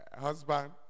husband